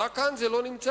ורק כאן זה לא נמצא.